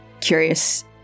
curious